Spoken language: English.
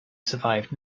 survived